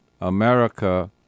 America